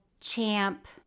champ